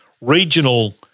regional